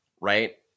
right